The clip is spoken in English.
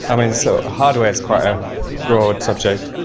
i mean, so hardware is quite a broad subject.